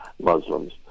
Muslims